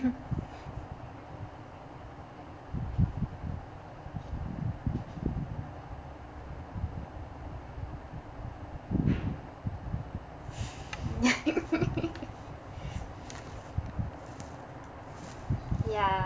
ya